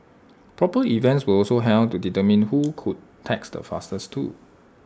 proper events were also held to determine who could text the fastest too